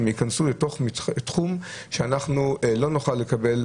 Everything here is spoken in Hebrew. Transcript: הם ייכנסו לתוך תחום שלא נוכל לקבל.